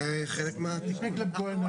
זה חלק מהתיקון.